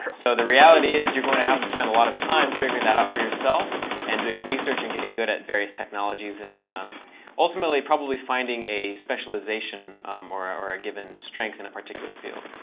so the reality is you're going to have to spend a lot of time figuring that out for yourself and doing research and getting good at various technologies, and ultimately probably finding a specialization or or a given strength in a particular field.